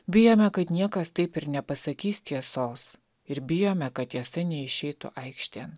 bijome kad niekas taip ir nepasakys tiesos ir bijome kad tiesa neišeitų aikštėn